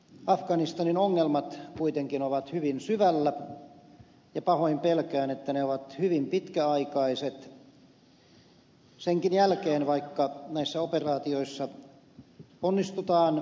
afganistanin ongelmat kuitenkin ovat hyvin syvällä ja pahoin pelkään että ne ovat hyvin pitkäaikaiset senkin jälkeen vaikka näissä operaatioissa onnistutaan